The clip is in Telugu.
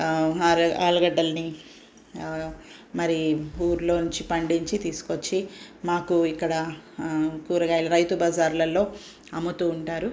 ఆలు ఆలుగడ్డల్ని మరి ఊరిలో నుంచి పండించి తీసుకొచ్చి మాకు ఇక్కడ కూరగాయలు రైతు బజార్లలో అమ్ముతూ ఉంటారు